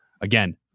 Again